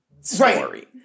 story